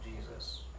Jesus